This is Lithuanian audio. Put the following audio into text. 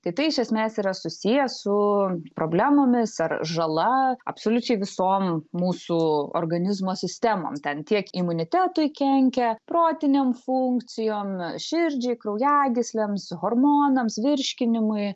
tai tai iš esmės yra susiję su problemomis ar žala absoliučiai visom mūsų organizmo sistemom ten tiek imunitetui kenkia protiniam funkcijom širdžiai kraujagyslėms hormonams virškinimui